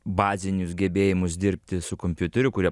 bazinius gebėjimus dirbti su kompiuteriu kurie